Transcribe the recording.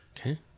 Okay